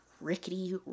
rickety